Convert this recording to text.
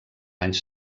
anys